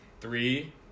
three